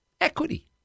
equity